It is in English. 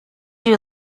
you